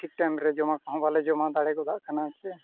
ᱴᱷᱤᱠ ᱴᱟᱭᱤᱢᱨᱮ ᱡᱚᱢᱟ ᱠᱚᱦᱚᱸ ᱵᱟᱞᱮ ᱡᱚᱢᱟ ᱫᱟᱲᱮ ᱜᱚᱫᱟᱜ ᱠᱟᱱᱟ ᱥᱮ